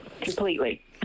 Completely